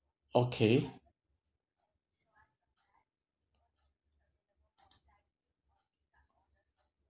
okay